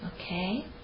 Okay